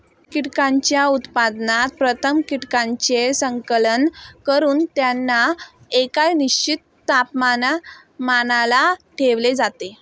कीटकांच्या उत्पादनात प्रथम कीटकांचे संकलन करून त्यांना एका निश्चित तापमानाला ठेवले जाते